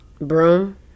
Broom